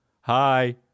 Hi